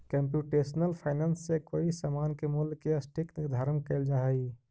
computational finance से कोई समान के मूल्य के सटीक निर्धारण कैल जा हई